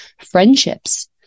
friendships